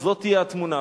אז זאת תהיה התמונה.